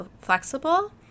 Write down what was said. flexible